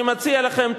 אני מציע לכם,